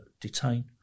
detain